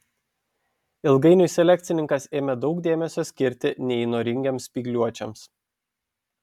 ilgainiui selekcininkas ėmė daug dėmesio skirti neįnoringiems spygliuočiams